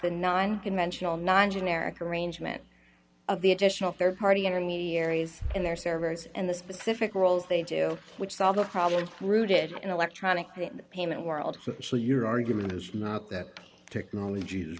the non conventional non generic arrangement of the additional rd party intermediaries in their servers and the specific roles they do which solve the problems rooted in electronic payment world so your argument is not that technology is